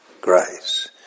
grace